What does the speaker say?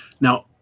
Now